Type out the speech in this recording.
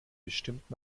bestimmt